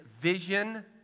vision